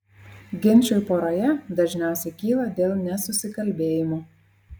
ginčai poroje dažniausiai kyla dėl nesusikalbėjimo